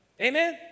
Amen